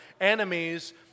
enemies